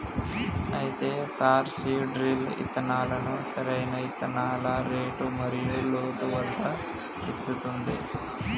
అయితే sir seed drill ఇత్తనాలను సరైన ఇత్తనాల రేటు మరియు లోతు వద్ద విత్తుతుంది